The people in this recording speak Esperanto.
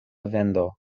vendo